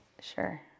Sure